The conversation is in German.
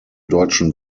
deutschen